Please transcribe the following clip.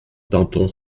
danton